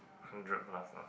hundred plus lah